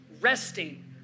Resting